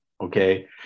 Okay